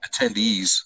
attendees